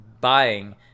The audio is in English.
buying